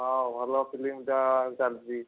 ହଁ ଭଲ ଫିଲ୍ମଟା ଚାଲିଛି